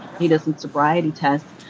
he does a sobriety test,